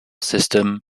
system